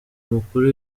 mukuru